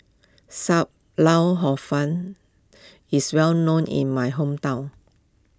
Sam Lau Hor Fun is well known in my hometown